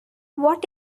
what